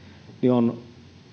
on